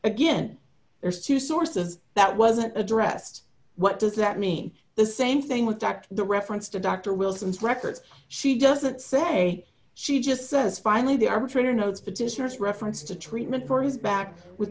again there's two sources that wasn't addressed what does that mean the same thing with fact the reference to dr wilson's records she doesn't say she just says finally the arbitrator notes petitioners reference to treatment for his back with